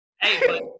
Hey